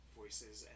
voices